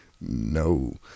No